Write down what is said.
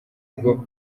bwo